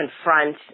confront